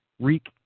Reek